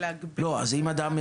השאלה אם להגביל --- אם אדם,